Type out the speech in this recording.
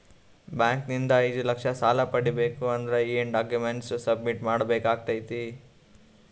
Bank ನಿಂದ ಐದು ಲಕ್ಷ ಸಾಲ ಪಡಿಬೇಕು ಅಂದ್ರ ಏನ ಡಾಕ್ಯುಮೆಂಟ್ ಸಬ್ಮಿಟ್ ಮಾಡ ಬೇಕಾಗತೈತಿ?